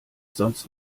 sonst